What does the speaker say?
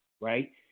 right